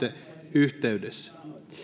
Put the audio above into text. yhteydessä